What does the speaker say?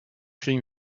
kriegen